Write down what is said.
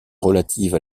relative